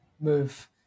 move